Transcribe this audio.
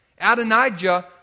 Adonijah